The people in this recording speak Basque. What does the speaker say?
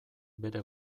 bere